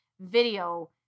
video